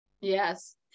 yes